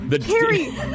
Carrie